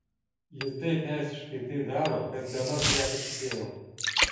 ji taip meistriškai tai daro kad bemaž ja patikėjau